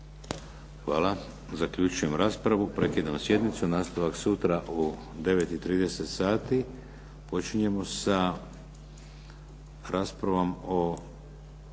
Hvala. Zaključujem raspravu. Prekidam sjednicu. Nastavak sutra u 9 i 30 sati. Počinjemo sa raspravom o